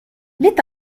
let